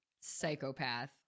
psychopath